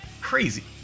Crazy